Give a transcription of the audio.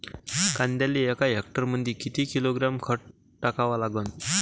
कांद्याले एका हेक्टरमंदी किती किलोग्रॅम खत टाकावं लागन?